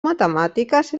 matemàtiques